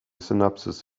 synopsis